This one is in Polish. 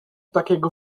takiego